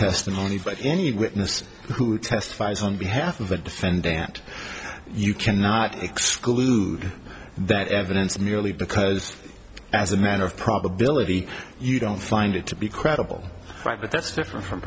testimony but any witness who testifies on behalf of the defendant you cannot exclude that evidence merely because as a matter of probability you don't find it to be credible right but that's different from